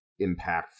impactful